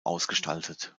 ausgestaltet